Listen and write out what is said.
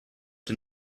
the